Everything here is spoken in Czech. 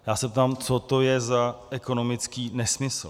Já se ptám, co to je za ekonomický nesmysl.